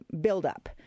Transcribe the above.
buildup